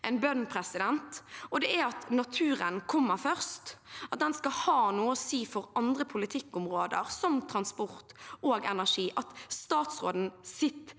en bønn, og det er at naturen kommer først, at den skal ha noe å si for andre politikkområder, som transport og energi, at statsrådens